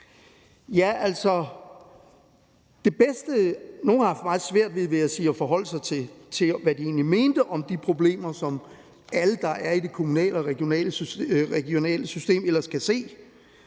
sige – haft meget svært ved at forholde sig til, hvad de egentlig mente om de problemer, som alle, der er i det kommunale og regionale system, ellers kan se,